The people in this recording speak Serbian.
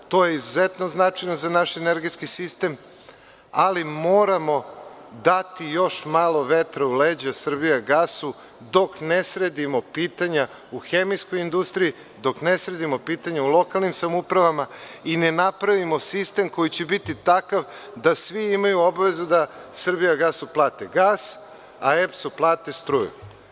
To je izuzetno značajno za naš energetski sistem, ali moramo dati još malo vetra u leđa „Srbijagasu“ dok ne sredimo pitanja u hemijskoj industriji, u lokalnim samoupravama i ne napravimo sistem koji će biti takav da svi imaju obavezu da „Srbijagasu“ plate gas, a EPS-u plate struju.